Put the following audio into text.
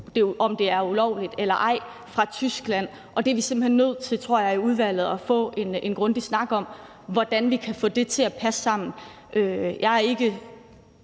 om det er ulovligt eller ej, fra Tyskland, og det er vi simpelt hen nødt til, tror jeg, i udvalget at få en grundig snak om hvordan vi kan få til at passe sammen. Jeg er ikke